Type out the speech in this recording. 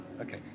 Okay